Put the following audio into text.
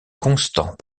constant